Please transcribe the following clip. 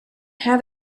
have